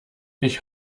ich